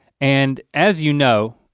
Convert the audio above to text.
and as you know,